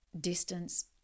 distance